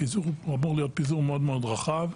הפיזור אמור להיות פיזור מאוד מאוד רחב.